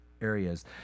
areas